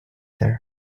there